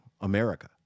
America